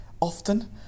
often